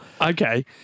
Okay